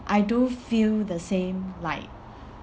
I do feel the same like